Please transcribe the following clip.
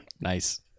nice